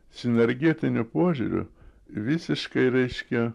sinenergetiniu požiūriu visiškai reiškia